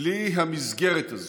בלי המסגרת הזאת,